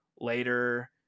Later